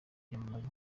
kwiyamamaza